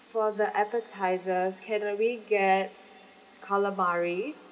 for the appetisers can uh we get calamari